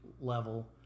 level